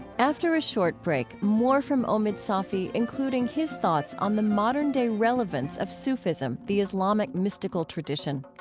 after a short break, more from omid safi, including his thoughts on the modern-day relevance of sufism, the islamic mystical tradition.